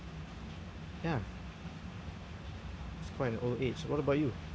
ya it's quite an old age what about you